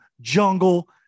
jungle